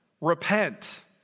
Repent